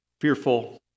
fearful